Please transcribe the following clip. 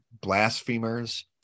blasphemers